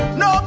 no